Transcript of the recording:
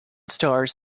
stars